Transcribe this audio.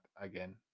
again